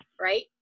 Right